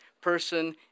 person